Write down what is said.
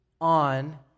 on